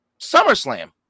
SummerSlam